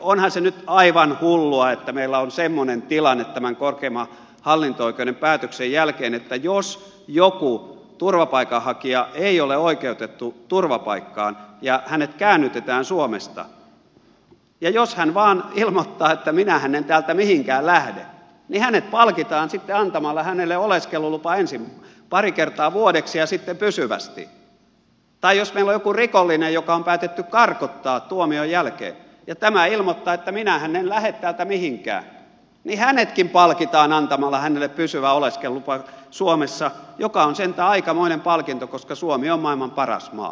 onhan se nyt aivan hullua että meillä on semmoinen tilanne tämän korkeimman hallinto oikeuden päätöksen jälkeen että jos joku turvapaikanhakija ei ole oikeutettu turvapaikkaan ja hänet käännytetään suomesta ja jos hän vain ilmoittaa että minähän en täältä mihinkään lähde niin hänet palkitaan sitten antamalla hänelle oleskelulupa ensin pari kertaa vuodeksi ja sitten pysyvästi tai jos meillä on joku rikollinen joka on päätetty karkottaa tuomion jälkeen ja hän ilmoittaa että minähän en lähde täältä mihinkään niin hänetkin palkitaan antamalla hänelle pysyvä oleskelulupa suomessa ja se on sentään aikamoinen palkinto koska suomi on maailman paras maa